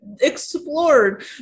explored